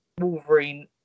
Wolverine